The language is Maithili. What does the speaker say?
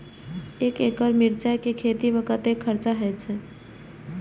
एक एकड़ मिरचाय के खेती में कतेक खर्च होय छै?